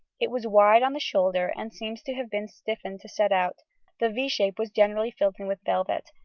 it was wide on the shoulder, and seems to have been stiffened to set out the v shape was generally filled in with velvet,